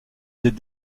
des